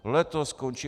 Letos končí!